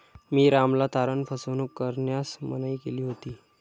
मी रामला तारण फसवणूक करण्यास मनाई केली होती